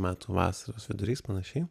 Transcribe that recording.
metų vasaros vidurys panašiai